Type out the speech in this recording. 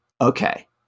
Okay